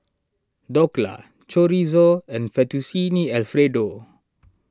Dhokla Chorizo and Fettuccine Alfredo